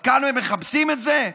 אז כאן מכבסים את זה?